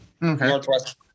Northwest